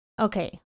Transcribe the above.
Okay